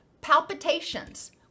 palpitations